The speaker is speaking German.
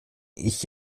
ich